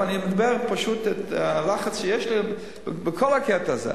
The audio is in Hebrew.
ואני מדבר פשוט על הלחץ שיש לי בכל הקטע הזה.